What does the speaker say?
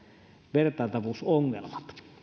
vertailtavuusongelmat